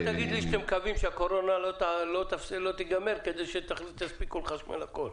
תגידו שאתם מקווים שהקורונה לא תיגמר כדי שתספיקו לחשמל הכול.